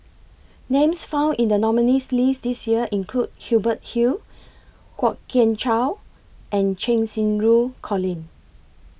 Names found in The nominees' list This Year include Hubert Hill Kwok Kian Chow and Cheng Xinru Colin